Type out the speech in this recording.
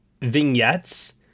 vignettes